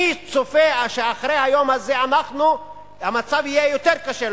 אני צופה שאחרי היום הזה המצב יהיה יותר קשה,